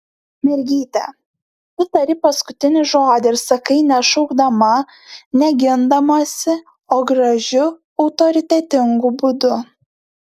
mergyte tu tari paskutinį žodį ir sakai ne šaukdama ne gindamasi o gražiu autoritetingu būdu